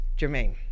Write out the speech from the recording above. Jermaine